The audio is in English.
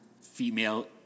female